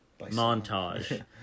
montage